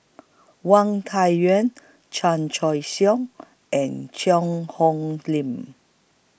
Wang Chan Choy Siong and Cheang Hong Lim